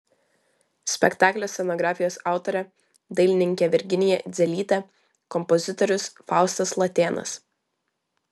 spektaklio scenografijos autorė dailininkė virginija idzelytė kompozitorius faustas latėnas